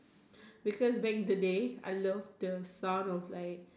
because back the day I love the sound of like